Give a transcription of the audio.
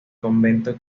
convento